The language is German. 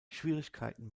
schwierigkeiten